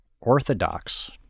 orthodox